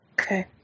Okay